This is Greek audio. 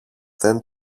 δεν